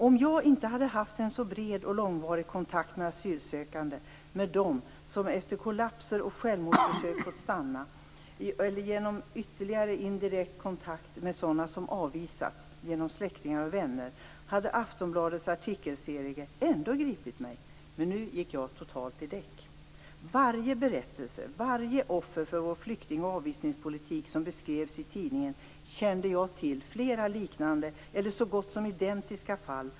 Om jag inte hade haft en sådan bred och långvarig kontakt med asylsökande och med dem som efter kollapser och självmordsförsök fått stanna, samt en ytterligare indirekt kontakt genom släktingar och vänner med sådana som avvisats, hade Aftonbladets artikelserie ändå gripit mig. Men nu gick jag totalt i däck. För varje berättelse och varje offer för vår flykting och avvisningspolitik som beskrevs i tidningen kände jag till flera liknande eller så gott som identiska fall.